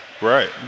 Right